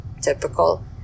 Typical